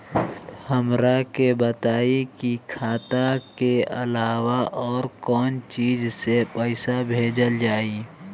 हमरा के बताई की खाता के अलावा और कौन चीज से पइसा भेजल जाई?